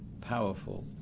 powerful